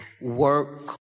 work